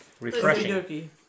Refreshing